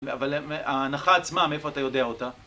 אבל ההנחה עצמה מאיפה אתה יודע אותה?